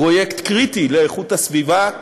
פרויקט קריטי לאיכות הסביבה,